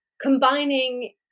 combining